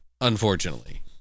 unfortunately